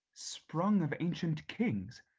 sprung of ancient kings?